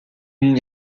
n’y